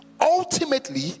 Ultimately